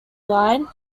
line